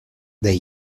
they